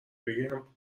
بگم